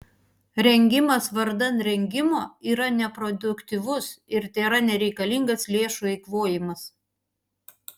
rengimas vardan rengimo yra neproduktyvus ir tėra nereikalingas lėšų eikvojimas